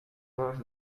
less